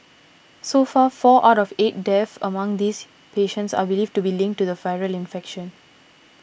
so far four out of eight deaths among these patients are believed to be linked to the virus infection